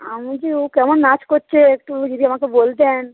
আমি যে ও কেমন নাচ করছে একটু যদি আমাকে বলতেন